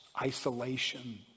isolation